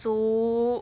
so